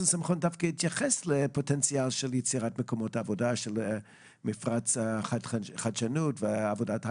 דווקא התייחס לפוטנציאל של יצירת מקומות עבודה של חדשנות ועבודת הייטק,